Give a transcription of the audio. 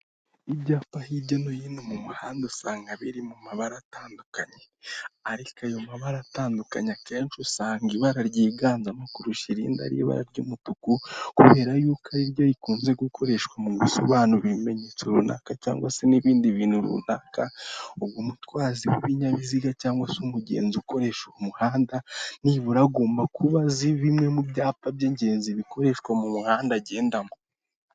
Ibyapa hirya no hino mu muhanda usanga biri mu mabara atandukanye, ariko ayo mabara atandukanye akenshi usanga ibara ryiganzamo kurusha irindi ari ibara ry'umutuku kubera yuko ari ryo rikunze gukoreshwa mu bisobanura ibimenyetso runaka cg se n'ibindi bintu runaka, umutwazi w'ibinyabiziga cg se umugenzi ukoresha umuhanda nibura agomba kuba azi bimwe mu byapa by'ingenzi bikoreshwa mu muhanda agendamo.